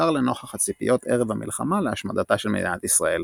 בעיקר לנוכח הציפיות ערב המלחמה להשמדתה של מדינת ישראל.